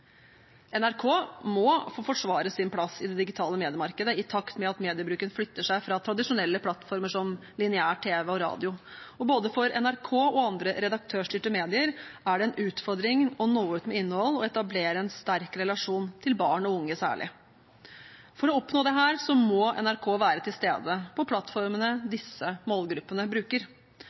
NRK må få forsvare sin plass i det digitale mediemarkedet i takt med at mediebruken flytter seg fra tradisjonelle plattformer som lineær-tv og radio. Både for NRK og andre redaktørstyrte medier er det en utfordring å nå ut med innhold og etablere en sterk relasjon til særlig barn og unge. For å oppnå dette må NRK være til stede på plattformene disse målgruppene bruker.